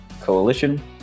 Coalition